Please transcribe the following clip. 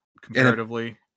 comparatively